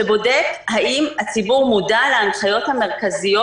שבודק האם הציבור מודע להנחיות המרכזיות,